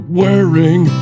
wearing